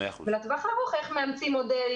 ולטווח הארוך איך מאמצים מודלים